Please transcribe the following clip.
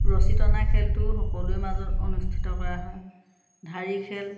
ৰছী টনা খেলটো সকলোৰে মাজত অনুষ্ঠিত কৰা হয় ঢাৰি খেল